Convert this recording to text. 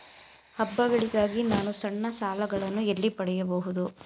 ಹಬ್ಬಗಳಿಗಾಗಿ ನಾನು ಸಣ್ಣ ಸಾಲಗಳನ್ನು ಎಲ್ಲಿ ಪಡೆಯಬಹುದು?